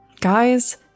guys